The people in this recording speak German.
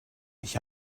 ich